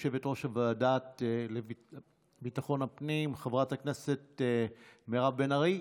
ושל יושבת-ראש הוועדה לביטחון הפנים חברת הכנסת מירב בן ארי,